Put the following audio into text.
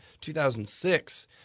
2006